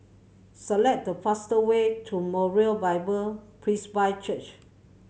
select the fastest way to Moriah Bible Presby Church